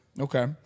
Okay